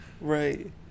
Right